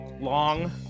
long